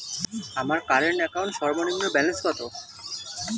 আমার current account সর্বনিম্ন balance কত?